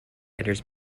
enters